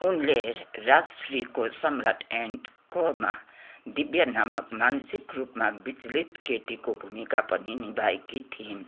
उनले राजश्रीको सम्राट एन्ड कोमा दिव्या नामक मानसिक रूपमा बिचलित केटीको भूमिका पनि निभाएकी थिइन्